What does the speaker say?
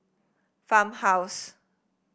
Farmhouse